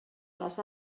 les